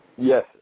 Yes